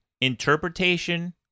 interpretation